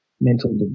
mental